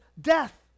death